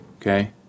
okay